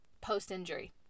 post-injury